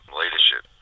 leadership